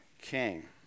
king